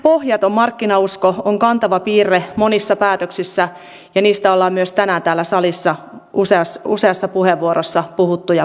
hallituksen pohjaton markkinausko on kantava piirre monissa päätöksissä ja myös tänään täällä salissa ollaan useassa puheenvuorossa niistä puhuttu ja niitä pohdittu